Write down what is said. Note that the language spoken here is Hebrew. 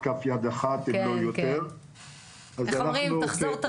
תיתכן, לא תיתכן, מתי ולוחות זמנים פחות או יותר.